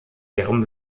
ihrem